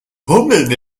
hummeln